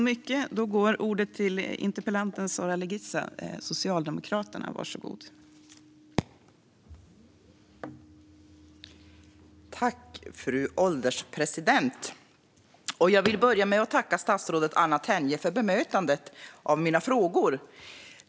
Fru ålderspresident! Jag vill börja med att tacka statsrådet Anna Tenje för bemötandet av mina frågor.